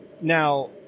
Now